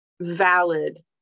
valid